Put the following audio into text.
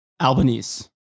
Albanese